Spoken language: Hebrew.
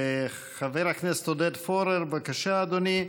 חבר הכנסת עודד פורר, בבקשה, אדוני.